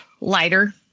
lighter